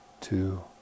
two